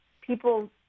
People